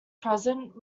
present